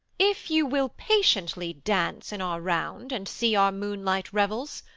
if you will patiently dance in our round, and see our moonlight revels,